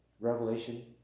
Revelation